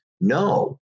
no